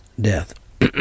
death